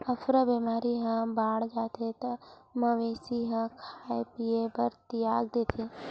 अफरा बेमारी ह बाड़ जाथे त मवेशी ह खाए पिए बर तियाग देथे